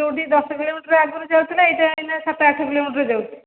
ଯେଉଁଠି ଦଶ କିଲୋମିଟର ଆଗରୁ ଯାଉଥିଲା ଏଇନା ସାତ ଆଠ କିଲୋମିଟର ଯାଉଛି